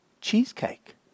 cheesecake